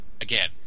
Again